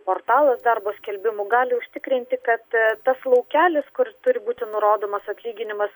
portalas darbo skelbimų gali užtikrinti kad tas laukelis kur turi būti nurodomas atlyginimas